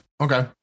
okay